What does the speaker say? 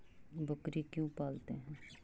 बकरी क्यों पालते है?